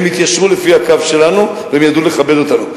הם התיישרו לפי הקו שלנו והם ידעו לכבד אותנו.